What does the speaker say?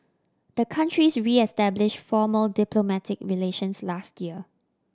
the countries reestablished formal diplomatic relations last year